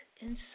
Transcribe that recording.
inside